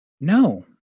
no